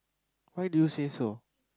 why do you say so